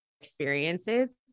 experiences